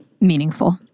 meaningful